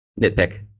Nitpick